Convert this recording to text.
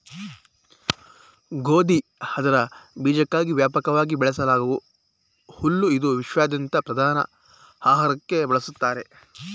ಗೋಧಿ ಅದರ ಬೀಜಕ್ಕಾಗಿ ವ್ಯಾಪಕವಾಗಿ ಬೆಳೆಸಲಾಗೂ ಹುಲ್ಲು ಇದು ವಿಶ್ವಾದ್ಯಂತ ಪ್ರಧಾನ ಆಹಾರಕ್ಕಾಗಿ ಬಳಸ್ತಾರೆ